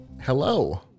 Hello